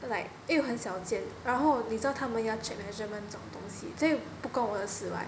like 又很小件然后你知道他们要 check measurement 这种东西所以不关我的事